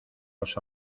los